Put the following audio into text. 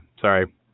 Sorry